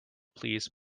please